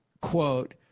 quote